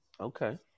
Okay